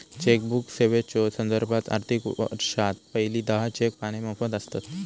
chequebook सेवेच्यो संदर्भात, आर्थिक वर्षात पहिली दहा चेक पाने मोफत आसतत